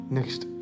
Next